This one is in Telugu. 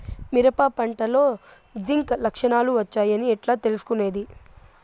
మిరప పంటలో జింక్ లక్షణాలు వచ్చాయి అని ఎట్లా తెలుసుకొనేది?